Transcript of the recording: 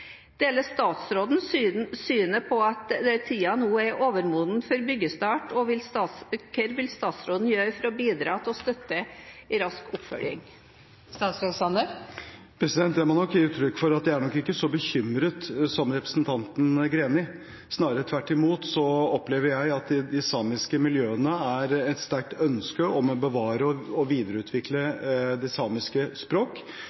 Deler statsråden synet på at tiden nå er overmoden for byggestart, og hva vil statsråden gjøre for å bidra til å støtte en rask oppfølging? Jeg må gi uttrykk for at jeg nok ikke er så bekymret som representanten Greni. Snarere tvert imot: Jeg opplever at det i de samiske miljøene er et sterkt ønske om å bevare og videreutvikle det samiske språk,